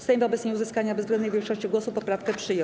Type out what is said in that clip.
Sejm wobec nieuzyskania bezwzględnej większości głosów poprawkę przyjął.